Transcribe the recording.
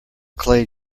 clay